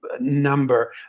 Number